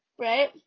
right